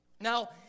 Now